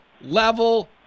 level